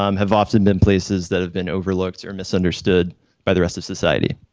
um have often been places that have been overlooked or misunderstood by the rest of society.